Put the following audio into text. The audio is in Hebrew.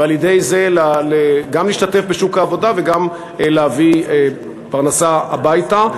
ועל-ידי זה גם להשתתף בשוק העבודה וגם להביא פרנסה הביתה.